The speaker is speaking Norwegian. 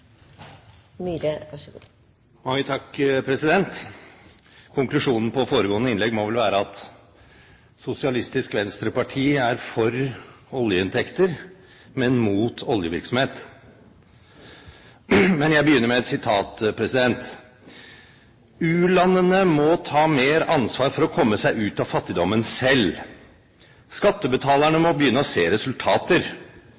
statleg eigarskap. Så høgresida ser seg blind på skatt og rakkar ned på dei tinga som har bygd næringslivet i Noreg. Konklusjonen på foregående innlegg må vel være at Sosialistisk Venstreparti er for oljeinntekter, men mot oljevirksomhet. Men jeg begynner med et sitat: U-landene må ta mer ansvar for å komme seg ut av